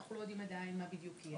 זה היה צריך להיות בחוק ההסדרים מנצנץ.